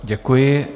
Děkuji.